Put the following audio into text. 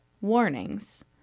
warnings